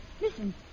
Listen